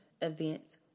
events